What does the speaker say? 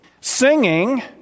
singing